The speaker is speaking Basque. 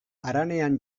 haranean